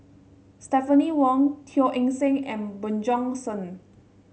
Stephanie Wong Teo Eng Seng and Bjorn Shen